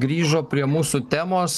grįžo prie mūsų temos